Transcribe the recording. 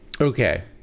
Okay